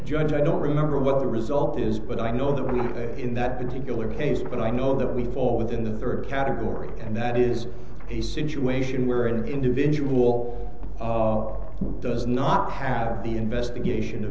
judge i don't remember what the result is but i know that when i'm in that particular case but i know that we've all within the third category and that is a situation where an individual does not have the investigation